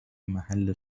محل